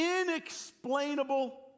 inexplainable